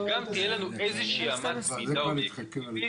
שגם תהיה לנו איזו אמת מידה אובייקטיבית,